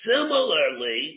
Similarly